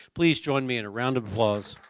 please join me in a round of applause